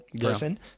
person